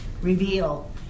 reveal